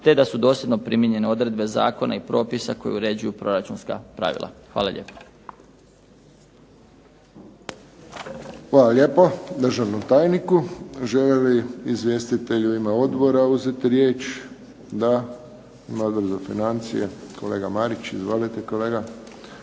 te da su dosljedno primijenjene odredbe Zakona i propisa koji uređuju proračunska pravila. Hvala lijepo. **Friščić, Josip (HSS)** Hvala lijepo državnom tajniku. Žele li izvjestitelji Odbora uzeti riječ? Da. Odbor za financije, kolega Marić. Izvolite kolega.